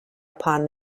upon